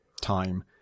time